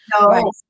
No